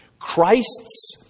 Christ's